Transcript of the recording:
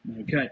Okay